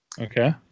Okay